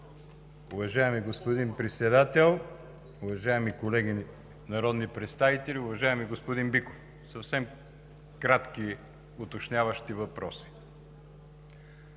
Уважаеми господин Председател, уважаеми колеги народни представители! Уважаеми господин Биков, съвсем кратки уточняващи въпроси: